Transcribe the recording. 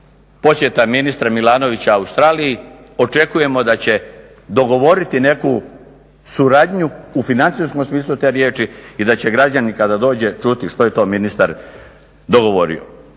posjeta ministra Milanovića Australiji, očekujemo da će dogovoriti neku suradnju u financijskom smislu te riječi i da će građani kada dođe čuti što je to ministar dogovorio.